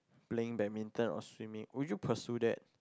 playing badminton or swimming would you pursue that